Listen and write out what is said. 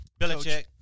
Belichick